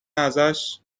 ازش